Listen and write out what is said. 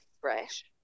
fresh